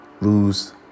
lose